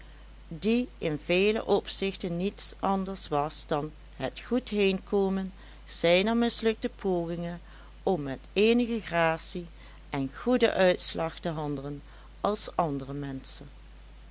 die in vele opzichten niets anders was dan het goed heenkomen zijner mislukte pogingen om met eenige gratie en goeden uitslag te handelen als andere menschen